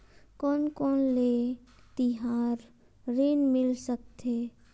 कोन कोन ले तिहार ऋण मिल सकथे?